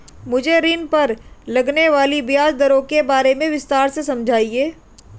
मुझे ऋण पर लगने वाली ब्याज दरों के बारे में विस्तार से समझाएं